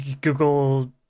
Google